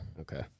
Okay